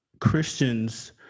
Christians